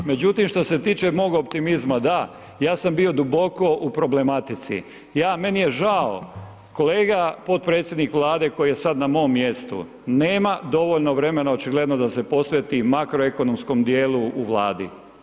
Međutim što se tiče mog optimizma, da ja sam bio duboko u problematici, ja, meni je žao kolega potpredsjednik Vlade koji se sada na mom mjestu nema dovoljno vremena očigledno da se posveti makroekonomskom dijelu u Vladi.